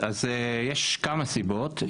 יש כמה סיבות.